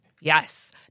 Yes